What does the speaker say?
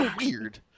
weird